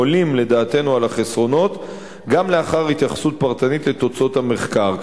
עולים לדעתנו על החסרונות גם לאחר התייחסות פרטנית לתוצאות המחקר.